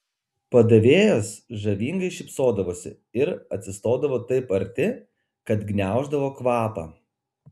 padavėjos žavingai šypsodavosi ir atsistodavo taip arti kad gniauždavo kvapą